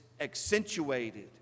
accentuated